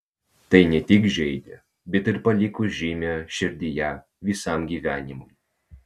tai ne tik žeidė bet ir paliko žymę širdyje visam gyvenimui